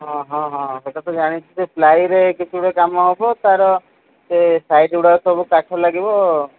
ହଁ ହଁ ହଁ ସେଟା ତ ଜାଣିଛି ଯେ ପ୍ଲାଏରେ କିଛି ଗୁଡ଼େ କାମ ହବ ତାର ସେ ସାଇଜ୍ ଗୁଡ଼ାକ ସବୁ କାଠ ଲାଗିବ ଆ